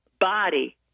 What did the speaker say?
body